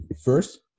first